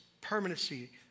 permanency